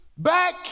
Back